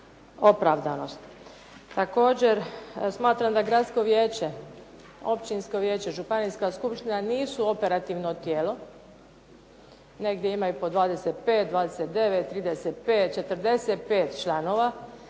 opravdanost. Također, smatram da gradsko vijeće, općinsko vijeće, županijska skupština nisu operativno tijelo, negdje ima i pod 25, 29, 35, 45 članova.